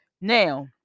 now